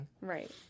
Right